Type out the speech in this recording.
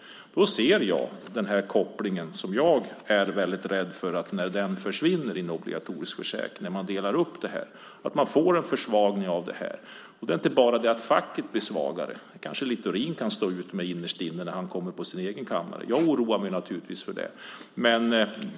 Här ser jag en koppling, och jag är rädd för att när den försvinner i och med en obligatorisk försäkring och man delar upp det hela kommer man att få en försvagning av den. Det är inte bara facket som blir svagare - det kanske Littorin kan stå ut med innerst inne när han kommer på sin egen kammare, även om jag naturligtvis oroar mig för det.